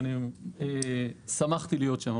ואני שמחתי להיות שם.